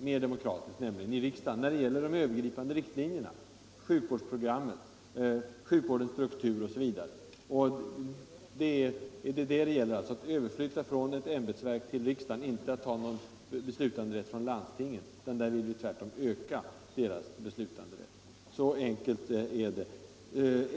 mer demokratiskt, nämligen i riksdagen, när det gäller de övergripande riktlinjerna, sjukvårdsprogrammen, sjukvårdens struktur etc. Vad det gäller är alltså att flytta detta från ett ämbetsverk till riksdagen — inte att ta någon beslutanderätt från landstingen. Deras befogenheter vill vi tvärtom öka. Så enkelt är det.